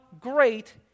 great